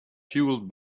fueled